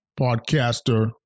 podcaster